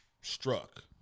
struck